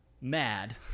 mad